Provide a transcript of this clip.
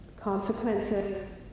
consequences